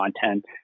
content